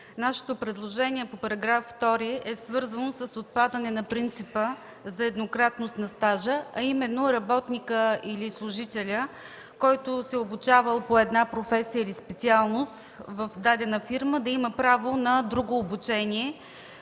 Нашето предложение по § 2 е свързано с отпадане на принципа за еднократност на стажа, а именно работникът или служителят, който се е обучавал по една професия или специалност в дадена фирма да има право на друго обучение